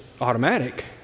automatic